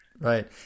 right